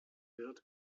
wird